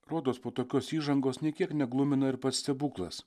rodos po tokios įžangos nė kiek neglumina ir pats stebuklas